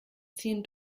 ziehen